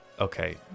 Okay